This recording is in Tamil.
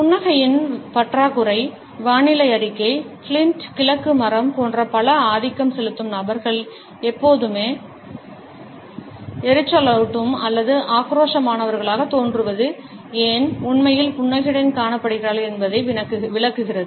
புன்னகையின் பற்றாக்குறை வானிலை அறிக்கை கிளின்ட் கிழக்கு மரம் போன்ற பல ஆதிக்கம் செலுத்தும் நபர்கள் எப்போதுமே எரிச்சலூட்டும் அல்லது ஆக்ரோஷமானவர்களாகத் தோன்றுவது ஏன் உண்மையில் புன்னகையுடன் காணப்படுகிறார்கள் என்பதை விளக்குகிறது